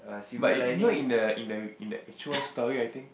but you know in the in the in the actual story I think